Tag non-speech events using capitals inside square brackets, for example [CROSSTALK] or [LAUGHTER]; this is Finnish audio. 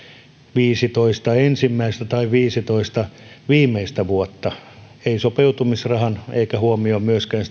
viisitoista ensimmäistä tai viisitoista viimeistä vuotta ei sopeutumisrahan eikä myöskään [UNINTELLIGIBLE]